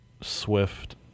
Swift